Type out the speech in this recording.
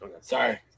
Sorry